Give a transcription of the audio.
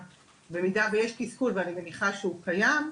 שבמידה ויש תסכול ואני מניחה שהוא קיים,